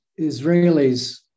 Israelis